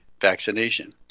vaccination